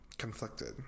Conflicted